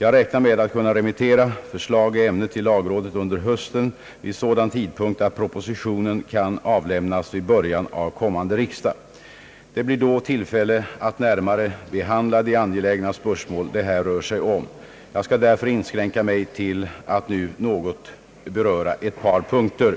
Jag räknar med att kunna remittera förslag i ämnet till lagrådet under hösten vid sådan tidpunkt att propositionen kan avlämnas vid början av kommande riksdag. Det blir då tillfälle att närmare behandla de angelägna spörsmål det här rör sig om. Jag skall därför inskränka mig till att nu något beröra ett par punkter.